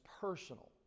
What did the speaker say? personal